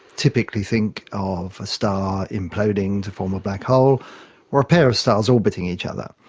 typically think of a star imploding to form a black hole or a pair of stars orbiting each other.